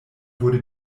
wurde